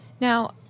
Now